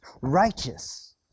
righteous